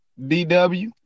DW